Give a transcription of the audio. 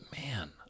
man